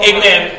Amen